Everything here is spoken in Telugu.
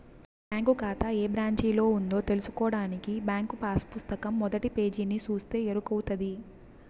బ్యాంకు కాతా ఏ బ్రాంచిలో ఉందో తెల్సుకోడానికి బ్యాంకు పాసు పుస్తకం మొదటి పేజీని సూస్తే ఎరకవుతది